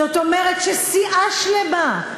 זאת אומרת שסיעה שלמה,